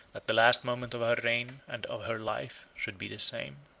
that the last moment of her reign and of her life should be the same.